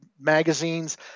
Magazines